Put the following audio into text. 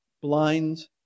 blind